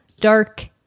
Dark